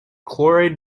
chloride